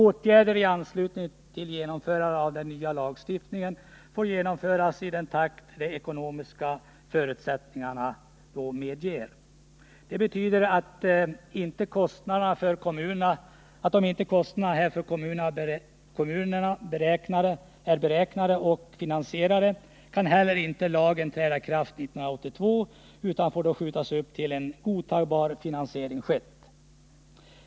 Åtgärder i anslutning till genomförande av den nya lagstiftningen får genomföras i den takt de ekonomiska förutsättningarna medger. Det betyder att är inte kostnaderna för kommunerna beräknade och finansierade kan heller inte lagen träda i kraft 1982, utan den får då skjutas upp tills en godtagbar finansiering skett.